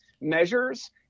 measures